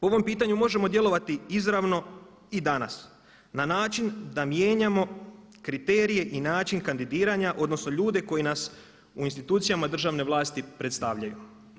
U ovom pitanju možemo djelovati izravno i danas na način da mijenjamo kriterije i način kandidiranja odnosno ljude koji nas u institucijama državne vlasti predstavljaju.